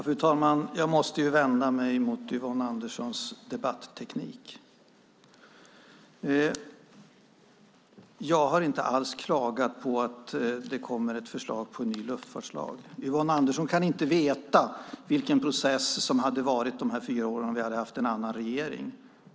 Fru talman! Jag måste vända mig emot Yvonne Anderssons debatteknik. Jag har inte alls klagat på att det kommer ett förslag till en ny luftfartslag. Yvonne Andersson kan inte veta vilken process som hade varit under dessa fyra år om vi hade haft en annan regering.